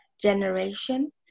generation